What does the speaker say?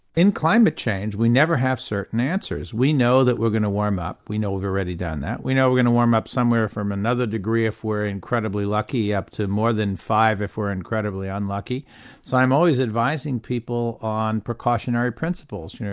in climate change we never have certain answers, we know that we're going to warm up, we know we've already done that. we know we're going to warm up somewhere from another degree if we're incredibly lucky up to more than five if we're incredibly unlucky so i'm always advising people on precautionary principles. you know